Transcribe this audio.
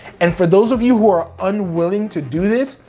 and for those of you who are unwilling to do this,